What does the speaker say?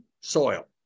soil